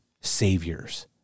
saviors